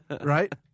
right